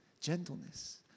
gentleness